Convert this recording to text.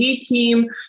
team